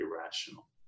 irrational